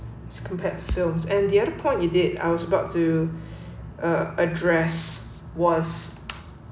as compared to films and the other point he did I was about to uh address was